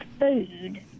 food